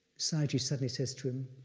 sayagyi suddenly says to him,